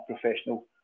professional